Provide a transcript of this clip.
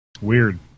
Weird